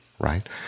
right